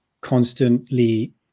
constantly